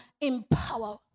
empower